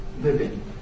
living